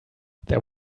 there